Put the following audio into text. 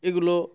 এগুলো